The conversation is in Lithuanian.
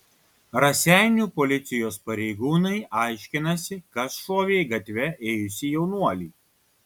raseinių policijos pareigūnai aiškinasi kas šovė į gatve ėjusį jaunuolį